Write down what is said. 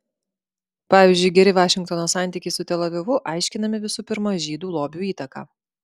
pavyzdžiui geri vašingtono santykiai su tel avivu aiškinami visų pirma žydų lobių įtaka